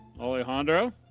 Alejandro